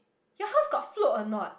your house got float a not